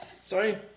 Sorry